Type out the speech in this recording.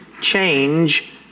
change